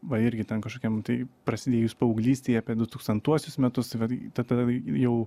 va irgi ten kašokiam tai prasidėjus paauglystei apie dutūkstantuosius metus tai vat tada jau